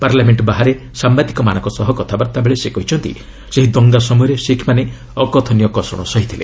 parliament ବାହାରେ ସାମ୍ବାଦିକମାନଙ୍କ ସହ କଥାବାର୍ତ୍ତା ବେଳେ ସେ କହିଛନ୍ତି ସେହି ଦଙ୍ଗା ସମୟରେ ଶିଖ୍ମାନେ ଅକଥନୀୟ କଷଣ ସହିଥିଲେ